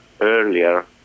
earlier